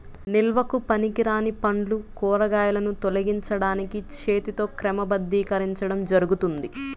నిల్వకు పనికిరాని పండ్లు, కూరగాయలను తొలగించడానికి చేతితో క్రమబద్ధీకరించడం జరుగుతుంది